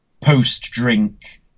post-drink